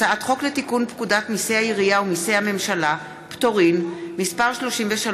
הצעת חוק לתיקון פקודת מיסי העירייה ומיסי הממשלה (פטורין) (מס' 33)